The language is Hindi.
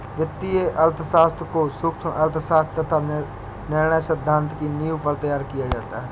वित्तीय अर्थशास्त्र को सूक्ष्म अर्थशास्त्र तथा निर्णय सिद्धांत की नींव पर तैयार किया गया है